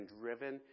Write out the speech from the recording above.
driven